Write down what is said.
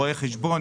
רואי חשבון,